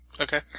Okay